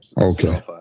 okay